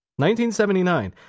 1979